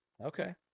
Okay